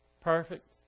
Perfect